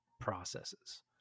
processes